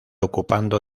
ocupando